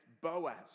Boaz